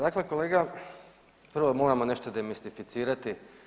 Dakle kolega, prvo moramo nešto demistificirati.